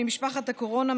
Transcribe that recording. ממשפחת הקורונה,